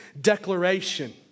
declaration